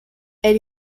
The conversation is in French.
elle